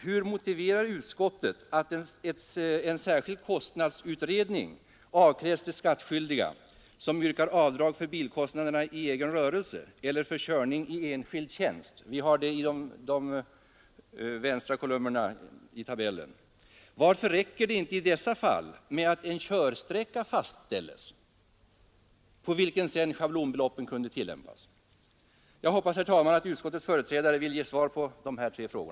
Hur motiverar utskottet att en särskild kostnadsutredning avkrävs de skattskyldiga som yrkar avdrag för bilkostnader i egen rörelse eller för körning i enskild tjänst? Varför räcker det inte i dessa fall med att en körsträcka fastställs, för vilken schablonbelopp kan tillämpas? Jag hoppas, herr talman, att utskottets företrädare vill ge svar på dessa tre frågor.